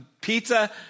pizza